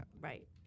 Right